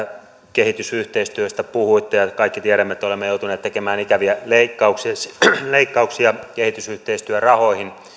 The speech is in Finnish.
kehitysyhteistyöstä puhuitte ja kaikki tiedämme että olemme joutuneet tekemään ikäviä leikkauksia kehitysyhteistyörahoihin